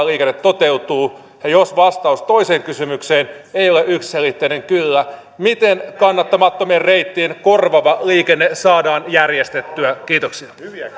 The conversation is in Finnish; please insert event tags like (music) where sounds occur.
(unintelligible) liikenne toteutuu ja jos vastaus toiseen kysymykseen ei ole yksiselitteinen kyllä miten kannattamattomien reittien korvaava liikenne saadaan järjestettyä kiitoksia